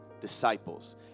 disciples